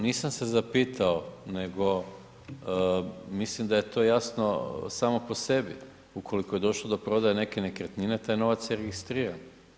Nisam se zapitao, nego mislim da je to jasno samo po sebi ukoliko je došlo do prodaje neke nekretnine, taj novac je registriran.